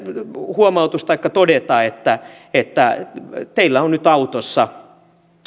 huomautuksen taikka todeta että että kun teillä on nyt autossa